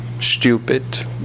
stupid